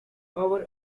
power